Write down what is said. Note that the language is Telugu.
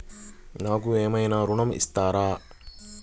నాకు ఏమైనా ఋణం ఇస్తారా?